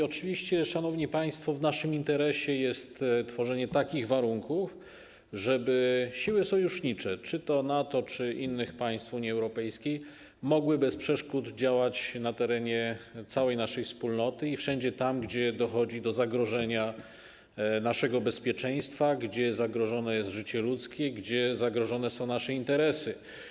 Oczywiście, szanowni państwo, w naszym interesie jest tworzenie takich warunków, żeby siły sojusznicze - czy to NATO, czy innych państw Unii Europejskiej - mogły bez przeszkód działać na terenie całej naszej Wspólnoty i wszędzie tam, gdzie dochodzi do zagrożenia naszego bezpieczeństwa, gdzie zagrożone jest życie ludzkie, gdzie zagrożone są nasze interesy.